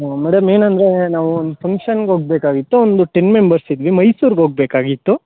madam ಏನಂದರೆ ನಾವು ಒಂದು ಫಂಕ್ಷನ್ಗೆ ಹೋಗ್ಬೇಕಾಗಿತ್ತು ಒಂದು ಟೆನ್ ಮೆಂಬರ್ಸ್ ಇದ್ವಿ ಮೈಸೂರ್ಗೆ ಹೋಗ್ಬೇಕಾಗಿತ್ತು